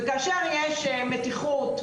וכאשר יש מתיחות,